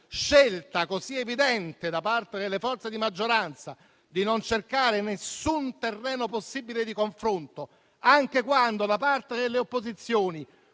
scelta evidente da parte delle forze di maggioranza di non cercare nessun terreno possibile di confronto, anche quando da parte delle opposizioni